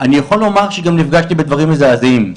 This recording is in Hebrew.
אני יכול לומר שגם נפגשתי בדברים מזעזעים.